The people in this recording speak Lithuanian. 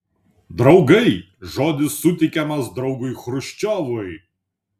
draugai žodis suteikiamas draugui chruščiovui